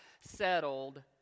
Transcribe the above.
settled